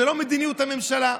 זו לא מדיניות הממשלה?